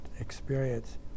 experience